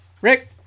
Rick